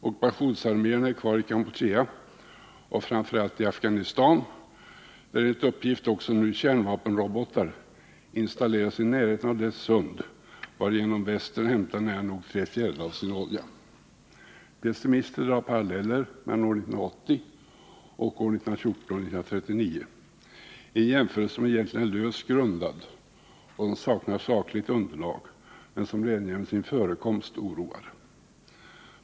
Ockupationsarmé erna är kvar i Kampuchea och framför allt i Afghanistan, där enligt uppgift nu också kärnvapenrobotar installerats i närheten av det sund varigenom västern hämtar nära nog tre fjärdedelar av sin olja. Pessimister drar paralleller mellan år 1980 och åren 1914 och 1939, en jämförelse som egentligen är löst grundad och som saknar sakligt underlag, men som redan genom sin förekomst oroar.